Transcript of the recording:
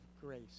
grace